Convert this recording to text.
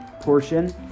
portion